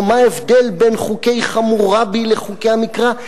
או מה ההבדל בין חוקי חמורבי לחוקי המקרא.